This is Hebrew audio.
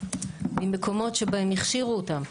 ממקומות שבהם הכשירו אותם,